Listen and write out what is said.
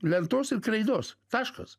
lentos ir kreidos taškas